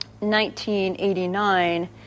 1989